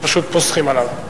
פשוט פוסחים עליו,